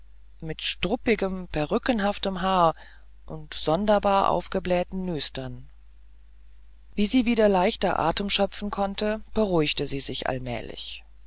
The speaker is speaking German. mit struppigem perückenhaftem haar und sonderbar aufgeblähten nüstern wie sie wieder leichter atem schöpfen konnte beruhigte sie sich allmählich